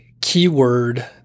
keyword